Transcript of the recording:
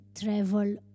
travel